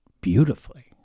beautifully